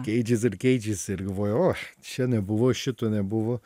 keičias ir keičiasi ir galvu o čia nebuvo šito nebuvo